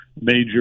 major